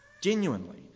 genuinely